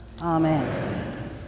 amen